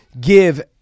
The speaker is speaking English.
give